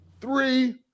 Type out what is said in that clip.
three